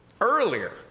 earlier